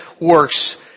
works